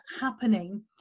happening